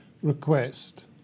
Request